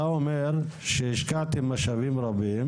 אתה אומר שהשקעתם משאבים רבים